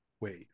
wave